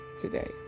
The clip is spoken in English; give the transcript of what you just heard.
today